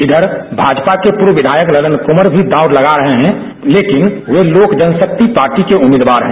इधर भाजपा के पूर्व विधायक ललन कुंवर मी दांव लगा रहे हैं लेकिन वे लोक जनशक्ति पार्टी के उम्मीदवार हैं